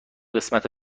قسمت